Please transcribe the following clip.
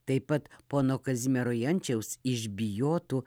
taip pat pono kazimiero jančiaus iš bijotų